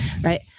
right